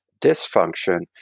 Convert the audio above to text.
dysfunction